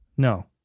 No